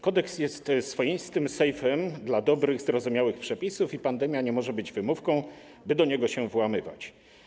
Kodeks jest swoistym sejfem dla dobrych, zrozumiałych przepisów i pandemia nie może być wymówką, by do niego się włamywać.